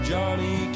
Johnny